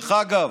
דרך אגב,